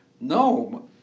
No